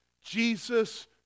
Jesus